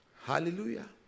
Hallelujah